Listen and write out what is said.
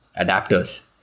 adapters